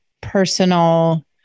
personal